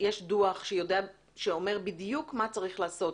שאומר בדיוק מה צריך לעשות.